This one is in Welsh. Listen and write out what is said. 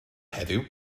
heddiw